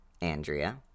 Andrea